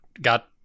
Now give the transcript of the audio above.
got